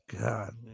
God